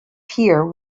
pier